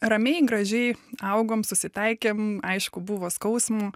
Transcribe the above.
ramiai gražiai augom susitaikėm aišku buvo skausmų